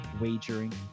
wagering